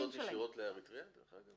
יש טיסות ישירות לאריתריאה?